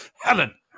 Helen